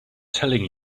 telling